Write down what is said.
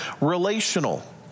relational